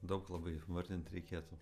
daug labai vardint reikėtų